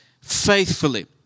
faithfully